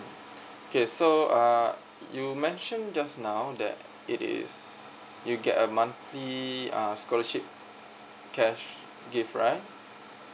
okay so uh you mentioned just now that it is you get a monthly uh scholarship cash gift right